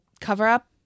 cover-up